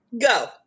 Go